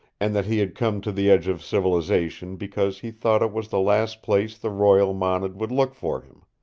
and that he had come to the edge of civilization because he thought it was the last place the royal mounted would look for him.